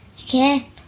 Okay